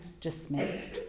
dismissed